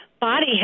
body